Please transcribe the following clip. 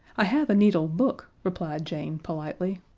i have a needle book, replied jane, politely,